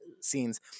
scenes